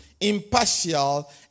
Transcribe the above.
impartial